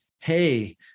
hey